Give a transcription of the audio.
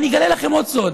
אני אגלה לכם עוד סוד: